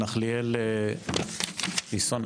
נחליאל דיסון,